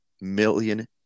million